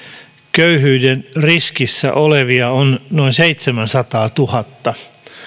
köyhyyden riskissä olevia on viimeisimmän tiedon mukaan noin seitsemänsataatuhatta